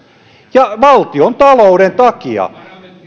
valtiontalouden takia